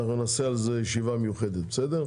ואנחנו נעשה על זה ישיבה מיוחדת, בסדר?